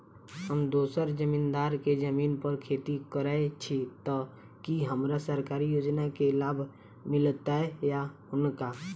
हम दोसर जमींदार केँ जमीन पर खेती करै छी तऽ की हमरा सरकारी योजना केँ लाभ मीलतय या हुनका?